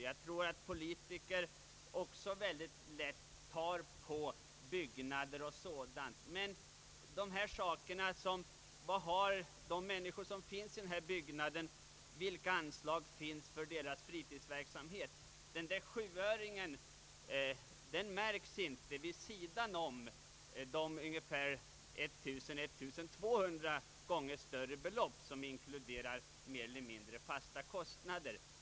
Jag tror att politiker också väldigt gärna pekar på byggnader och liknande, men vilka anslag finns det för t.ex. fritidsverksamhet för de människor som vistas i dessa byggnader? Den där »sjuöringen» märks inte vid sidan av de 1 000—1 200 gånger större dygnsbelopp som inkluderar mer eller mindre fasta kostnader.